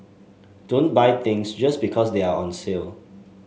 don't buy things just because they are on the sale